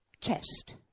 chest